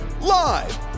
live